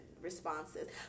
Responses